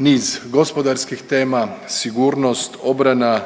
niz gospodarskih tema, sigurnost, obrana,